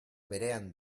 berean